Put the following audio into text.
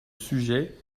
sujet